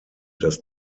das